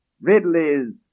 Ridley's